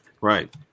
Right